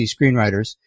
Screenwriters